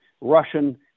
Russian